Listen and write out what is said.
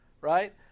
Right